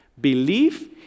Belief